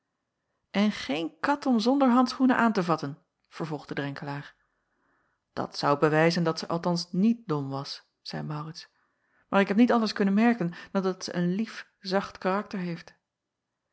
en geen kat om zonder handschoenen aan te vatten vervolgde drenkelaer dat zou bewijzen dat zij althans niet dom was zeî maurits maar ik heb niet anders kunnen merken dan dat zij een lief zacht karakter heeft